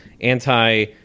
anti-